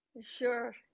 Sure